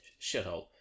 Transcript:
shithole